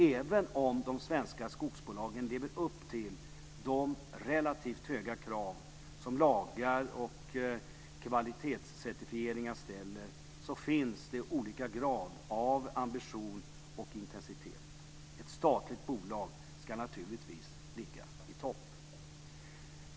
Även om de svenska skogsbolagen lever upp till de relativt höga krav som lagar och kvalitetscertifieringar ställer så finns det olika grad av ambition och intensitet. Ett statligt bolag ska naturligtvis ligga i topp.